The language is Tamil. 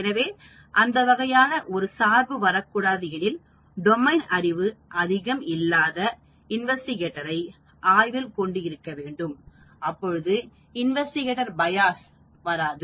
எனவே அந்த வகையான ஒரு சார்பு வரக்கூடாது எனில் டொமைன் அறிவு அதிகம் இல்லாத இன்வெஸ்டிகட்டரை ஆய்வில் கொண்டு இருக்க வேண்டும் அப்பொழுது இன்வெஸ்டிகட்டர் பயாஸ் வராது